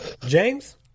James